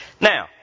Now